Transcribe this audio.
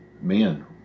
Man